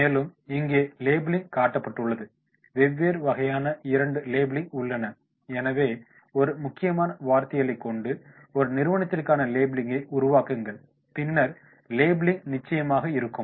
மேலும் இங்கே லேபிளிங் காட்டப்பட்டுள்ளது வெவ்வேறு வகையான இரண்டு லேபிளிங் உள்ளன எனவே ஒரு முக்கியமான வார்த்தைகளை கொண்டு ஒரு நிறுவனத்திற்கான லேபிளிங்கை உருவாக்குங்கள் பின்னர் லேபிளிங் நிச்சயமாக இருக்கும்